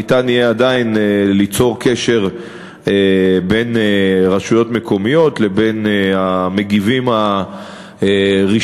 ניתן יהיה עדיין ליצור קשר בין רשויות מקומיות לבין המגיבים הראשונים.